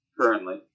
currently